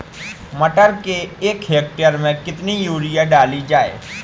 मटर के एक हेक्टेयर में कितनी यूरिया डाली जाए?